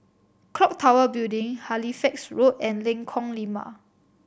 Clock Tower Building Halifax Road and Lengkong Lima